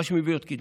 מה שמביא עוד קדמה.